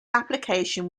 application